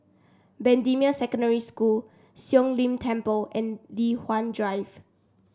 Bendemeer Secondary School Siong Lim Temple and Li Hwan Drive